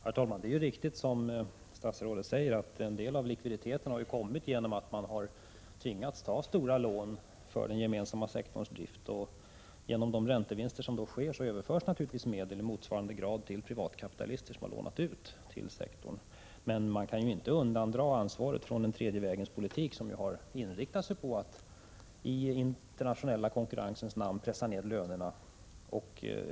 Herr talman! Det är riktigt som statsrådet säger, att en del av likviditeten har sin grund i att man tvingats ta stora lån för den gemensamma sektorns drift. Genom de räntevinster som då sker överförs naturligtvis medel i motsvarande grad till de privata kapitalister som lånat ut pengar till denna sektor. Men man kan inte undandra regeringen ansvaret för effekterna av den tredje vägens politik, som ju har inriktats på att i den internationella konkurrensens namn pressa ner lönerna.